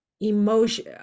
emotion